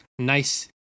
Nice